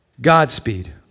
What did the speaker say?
Godspeed